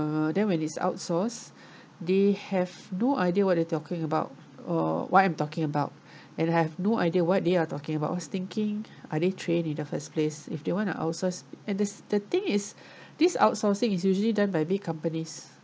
um then when it's outsourced they have no idea what you are talking about or what I'm talking about and have no idea what they are talking about was thinking are they trained in the first place if they want to outsource and this the thing is this outsourcing is usually done by big companies